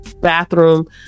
bathroom